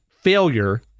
failure